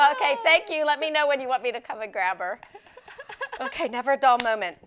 ok thank you let me know when you want me to come a grabber ok never a dull moment